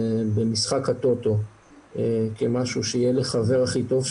אחת הבעיות הכי עיקריות בתחום הזה,